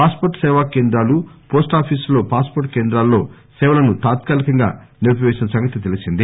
pass హోర్ట్ సేవా కేంద్రాలు పోస్టాఫీసుల్లో పాస్పోర్ట్ కేంద్రాల్లో సేవలను తాత్కాలీకంగా నిలిపిపేసిన సంగతి తెలీసింది